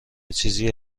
چیزی